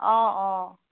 অঁ অঁ